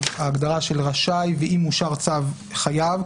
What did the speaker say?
ההגדרה של רשאי ואם אושר צו חייב.